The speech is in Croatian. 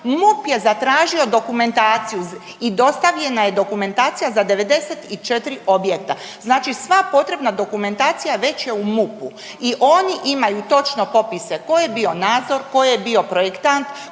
MUP je zatražio dokumentaciju i dostavljena je dokumentacija za 94 objekta. Znači sva potrebna dokumentacija već je u MUP-u i oni imaju točno popise tko je bio nadzor, tko je bio projektant,